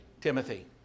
Timothy